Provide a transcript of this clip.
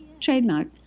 Trademark